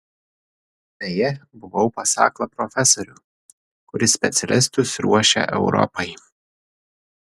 beje buvau pas aklą profesorių kuris specialistus ruošia europai